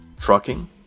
trucking